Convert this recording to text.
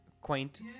quaint